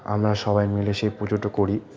আমরা সবাই মিলে সেই পুজোটা করি